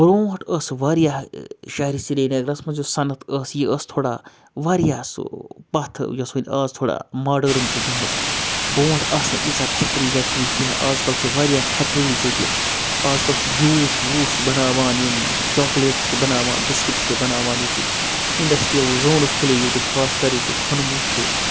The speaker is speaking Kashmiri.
برٛونٛٹھ ٲس واریاہ شاہِرِ سرینَگرَس منٛز یُس صنعت ٲس یہِ ٲس تھوڑا واریاہ سُہ پَتھٕ یۄس وۄنۍ آز تھوڑا ماڈٲرٕن چھِ گٔمٕژ برٛونٛٹھ آسہٕ نہٕ ییٖژاہ فیکٹِرٛی ویٚکٹِرٛی کینٛہہ آزکَل چھِ واریاہ فیکٹِرٛیٖز ییٚتہِ آزکَل چھِ جوٗس ووٗس بَناوان یِم چاکلیٹ تہِ چھِ بَناوان بِسکِٹ چھِ بَناوان ییٚتہِ اِنڈَسٹِرٛیَل زونٕز کھُلے ییٚتہِ خاص کَر ییٚتہِ کھوٚنموٗ چھُ